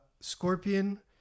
Scorpion